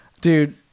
dude